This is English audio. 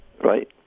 right